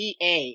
PA